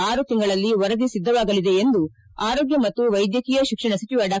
ಆರು ತಿಂಗಳಲ್ಲಿ ವರದಿ ಸಿದ್ದವಾಗಲಿದೆ ಎಂದು ಆರೋಗ್ಯ ಮತ್ತು ವೈದ್ಯಕೀಯ ಶಿಕ್ಷಣ ಸಚಿವ ಡಾ